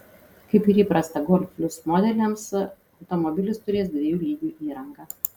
kaip ir įprasta golf plius modeliams automobilis turės dviejų lygių įrangą